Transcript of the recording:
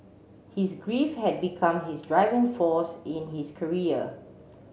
his grief had become his driving force in his career